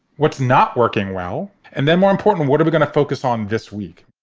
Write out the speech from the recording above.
what's not working well and then more important, what are we gonna focus on this week?